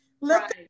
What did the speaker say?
let